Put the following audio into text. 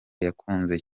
yakunze